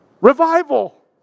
Revival